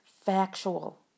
factual